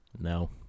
No